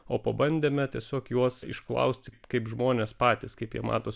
o pabandėme tiesiog juos išklausti kaip žmonės patys kaip jie mato